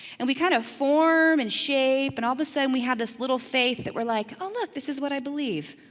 and we kind of form and shape, and all the sudden we have this little faith that we're like, oh, look, this is what i believe.